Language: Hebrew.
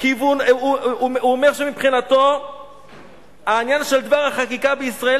הוא אומר שמבחינתו העניין של דבר החקיקה בישראל,